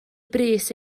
brys